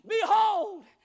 Behold